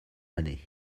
année